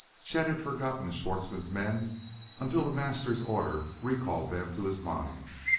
chet had forgotten schwartzmann's men until the master's order recalled them to his mind.